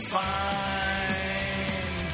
fine